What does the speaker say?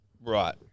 Right